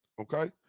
Okay